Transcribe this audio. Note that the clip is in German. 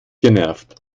genervt